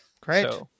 Great